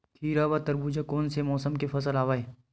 खीरा व तरबुज कोन से मौसम के फसल आवेय?